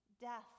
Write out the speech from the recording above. Death